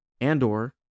Andor